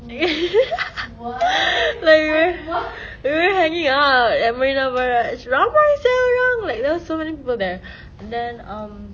like we were we were hanging out at marina barrage rabak sia like there were so many people there then um